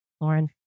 Lauren